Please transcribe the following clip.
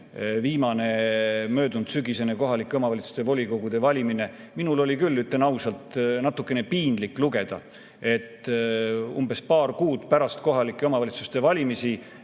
viimane, möödunudsügisene kohalike omavalitsuste volikogude valimine – minul oli küll, ütlen ausalt, natukene piinlik lugeda, et paar kuud pärast kohalike omavalitsuste valimisi